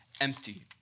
empty